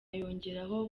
yongeraho